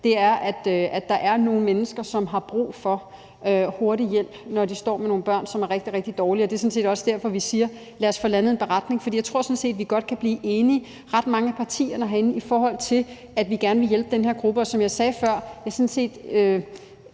er, at der er nogle mennesker, som har brug for hurtig hjælp, når de står med nogle børn, som er rigtig, rigtig dårlige. Det er sådan set også derfor, vi siger: Lad os få landet en beretning. For jeg tror sådan set, at ret mange af partierne herinde godt kan blive enige om, at vi gerne vil hjælpe den her gruppe. Som jeg sagde før: Lad os finde